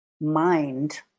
mind